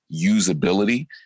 usability